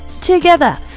together